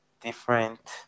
different